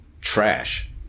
trash